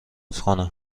کنم